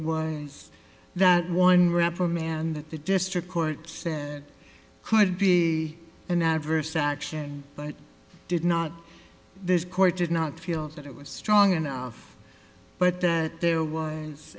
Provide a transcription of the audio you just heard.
was that one reprimand that the district court said could be an adverse action but did not this court did not feel that it was strong enough but that there was